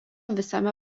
visame